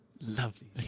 Lovely